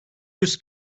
yüz